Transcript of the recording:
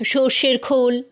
সর্ষের খোল